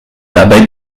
dabei